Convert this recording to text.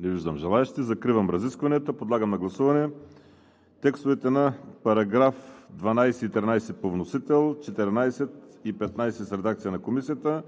Не виждам желаещи. Закривам разискванията. Подлагам на гласуване текстовете на параграфи 12 и 13 по вносител; 14 и 15 в редакция на Комисията;